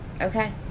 okay